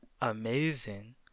amazing